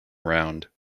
around